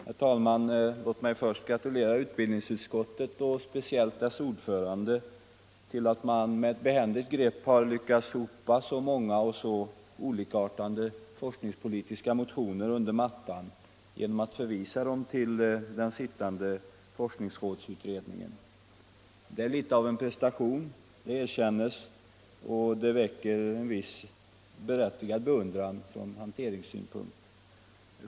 Herr talman! Låt mig först gratulera utbildningsutskottet och speciellt dess ordförande till att man med ett behändigt grepp har lyckats sopa så många och så olikartade forskningspolitiska motioner under mattan genom att förvisa dem till den sittande forskningsrådsutredningen. Det är något av en prestation, det erkännes, och det väcker en viss berättigad beundran från hanteringssynpunkt.